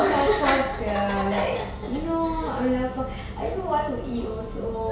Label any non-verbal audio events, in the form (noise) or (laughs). (laughs)